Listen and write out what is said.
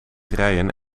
rijen